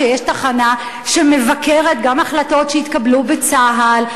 כשיש תחנה שמבקרת גם החלטות שהתקבלו בצה"ל,